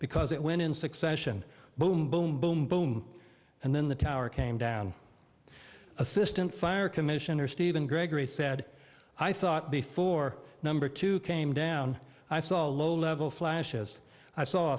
because it went in succession boom boom boom boom and then the tower came down assistant fire commissioner stephen gregory said i thought before number two came down i saw a low level flash as i saw